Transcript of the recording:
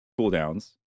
cooldowns